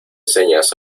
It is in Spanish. señas